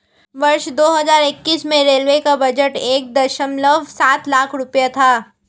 वर्ष दो हज़ार इक्कीस में रेलवे का बजट एक दशमलव सात लाख रूपये था